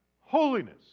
holiness